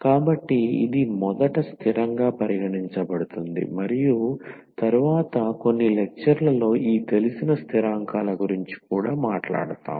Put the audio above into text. కాబట్టి ఇది మొదట స్థిరంగా పరిగణించబడుతుంది మరియు తరువాత కొన్ని లెక్చర్ లలో ఈ తెలిసిన స్థిరాంకాల గురించి కూడా మాట్లాడుతాము